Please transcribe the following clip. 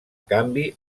canvi